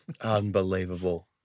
Unbelievable